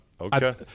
Okay